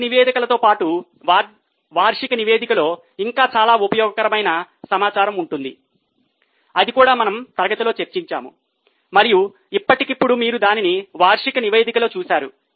ఆర్థిక నివేదికలతో పాటు వార్షిక నివేదికలో ఇంకా చాలా ఉపయోగకరమైన సమాచారం ఉంటుంది అది కూడా మనము తరగతిలో చర్చించాము మరియు ఇప్పటికిప్పుడు మీరు దానిని వార్షిక నివేదికలో చూసారు